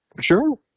Sure